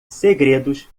segredos